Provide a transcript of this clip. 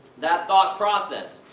that thought process,